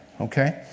Okay